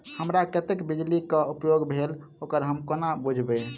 हमरा कत्तेक बिजली कऽ उपयोग भेल ओकर हम कोना बुझबै?